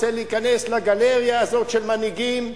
רוצה להיכנס לגלריה הזאת של מנהיגים,